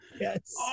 yes